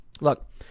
Look